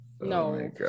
No